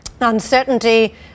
Uncertainty